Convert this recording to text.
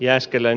jääskelän